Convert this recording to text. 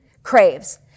craves